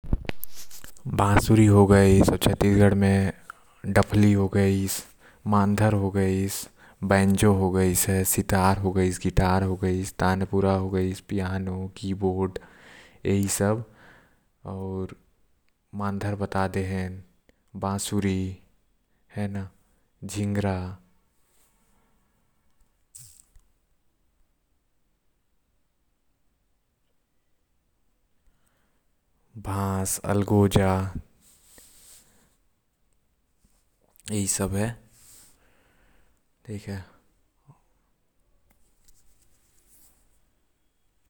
बांसुरी हो गइस आऊ छत्तीसगढ़ में डापली हो गइस आऊ मंधार हो गइस बैंजो हो गाइस आऊ सितार हो गाइस गिटार हो गइस तानपूरा हो गाइस पियानो हो गाइस कीबोर्ड हो गाइस आऊ झींगरा अलगोजा।